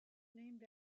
named